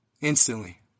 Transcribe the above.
instantly